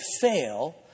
fail